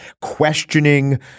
questioning